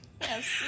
Yes